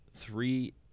three